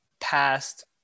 past